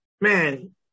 man